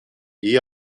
iyi